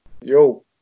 Yo